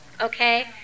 Okay